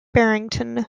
barrington